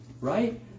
right